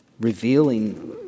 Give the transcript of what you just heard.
revealing